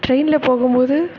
ட்ரெய்னில் போகும்போது